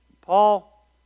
Paul